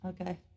okay